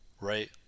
right